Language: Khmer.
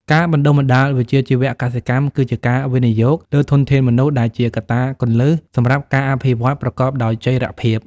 ការបណ្តុះបណ្តាលវិជ្ជាជីវៈកសិកម្មគឺជាការវិនិយោគលើធនធានមនុស្សដែលជាកត្តាគន្លឹះសម្រាប់ការអភិវឌ្ឍប្រកបដោយចីរភាព។